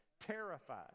Terrified